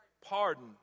pardon